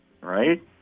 right